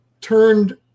turned